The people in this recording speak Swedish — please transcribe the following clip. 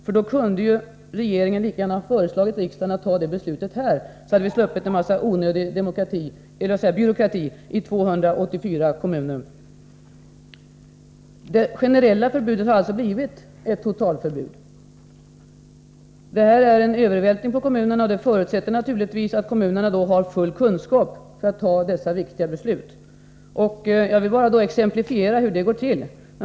I så fall kunde regeringen lika gärna ha föreslagit riksdagen att fatta det beslutet här, så hade vi sluppit en massa onödig demokrati — jag menar byråkrati — i 284 kommuner. Det generella förbudet har alltså blivit ett totalförbud. Det är här fråga om en övervältring på kommunerna, som naturligtvis förutsätter att det i kommunerna finns full kunskap för att fatta dessa viktiga beslut. Jag vill exemplifiera hur det går till.